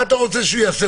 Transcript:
מה שאתה רוצה שהוא יעשה?